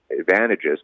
advantages